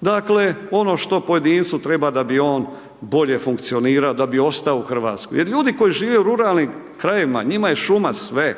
dakle ono što pojedincu treba da bi on bolje funkcionirao, da bi ostao u Hrvatskoj. Jer ljudi koji žive u ruralnim krajevima, njima je šuma sve,